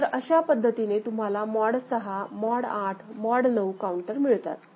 तर अशा पद्धतीने तुम्हाला मॉड 6 मॉड 8 मॉड 9 काउंटर मिळतात